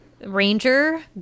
ranger